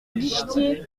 guichetier